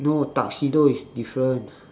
no tuxedo is different